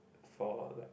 for like